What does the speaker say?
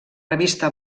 revista